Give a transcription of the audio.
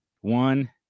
One